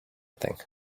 thing